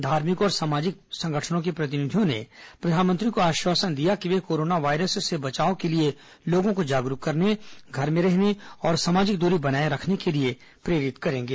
धार्भिक और सामाजिक संगठनों के प्रतिनिधियों ने प्रधानमंत्री को आश्वासन दिया कि वे कोरोना वायरस से बचाव के लिए लोगों को जागरूक करने घर में रहने और सामाजिक दूरी बनाए रहने के लिए प्रेरित करेंगे